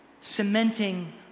cementing